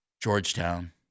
Georgetown